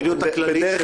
המדיניות הכללית,